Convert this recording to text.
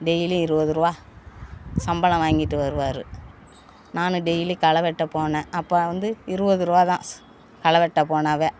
daily இருபது ருபா சம்பளம் வாங்கிட்டு வருவார் நானும் டெய்லி களை வெட்ட போனேன் அப்போ வந்து இருபது ருபாதான் களை வெட்ட போனாவே